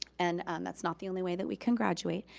and that's not the only way that we can graduate,